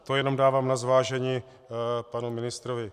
To jen dávám na zvážení panu ministrovi.